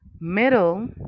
middle